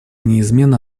неизменно